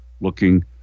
looking